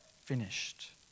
finished